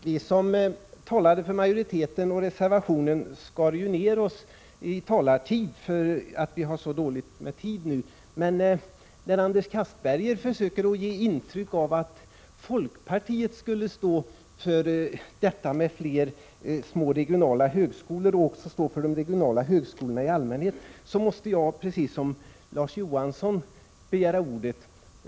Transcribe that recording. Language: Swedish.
Herr talman! Vi som talat för majoritetsskrivningen eller för reservationen har skurit ned vår talartid, eftersom tiden nu är så knapp i kammararbetet. Men när Anders Castberger försöker ge intrycket att folkpartiet skulle vara det parti som står för kravet på fler regionala högskolor och för regionala högskoleverksamheter måste jag, precis som Larz Johansson gjorde, begära ordet.